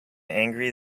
angry